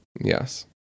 Yes